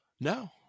No